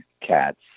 cats